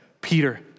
Peter